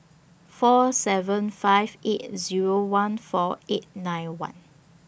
four seven five eight Zero one four eight nine one